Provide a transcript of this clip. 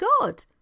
God